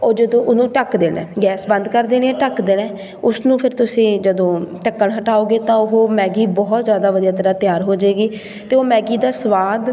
ਉਹ ਜਦੋਂ ਉਹਨੂੰ ਢੱਕ ਦੇਣਾ ਗੈਸ ਬੰਦ ਕਰ ਦੇਣੀ ਢੱਕ ਦੇਣਾ ਉਸਨੂੰ ਫਿਰ ਤੁਸੀਂ ਜਦੋਂ ਢੱਕਣ ਹਟਾਓਗੇ ਤਾਂ ਉਹ ਮੈਗੀ ਬਹੁਤ ਜ਼ਿਆਦਾ ਵਧੀਆ ਤਰ੍ਹਾਂ ਤਿਆਰ ਹੋ ਜੇਗੀ ਅਤੇ ਉਹ ਮੈਗੀ ਦਾ ਸਵਾਦ